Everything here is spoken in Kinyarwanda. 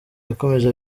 yakomeje